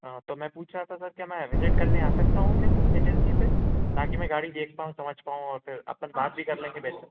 हाँ तो मैं पूछ रहा था सर क्या मैं विज़िट करने आ सकता हूँ क्या एजेंसी पे ताकि मैं गाड़ी देख पाऊँ समझ पाऊँ और फिर अपन बात भी कर लेंगे वैसे